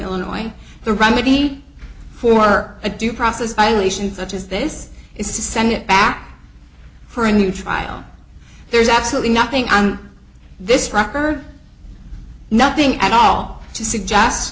illinois the remedy for a due process i lesion such as this is to send it back for a new trial there's absolutely nothing on this record nothing at all to suggest